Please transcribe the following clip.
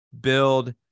build